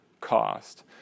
cost